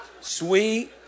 sweet